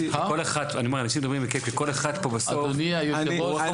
אדוני היושב-ראש,